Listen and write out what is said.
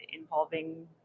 involving